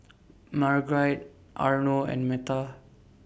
Margurite Arno and Meta